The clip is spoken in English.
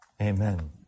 Amen